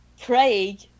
Craig